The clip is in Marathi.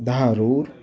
धारूर